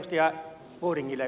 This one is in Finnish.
arvoisa puhemies